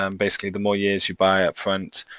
um basically the more years you buy upfront,